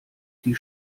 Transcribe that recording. die